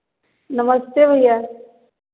नमस्ते भैया